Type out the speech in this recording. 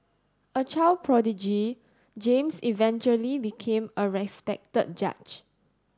a child prodigy James eventually became a respected judge